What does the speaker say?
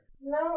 No